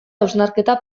hausnarketa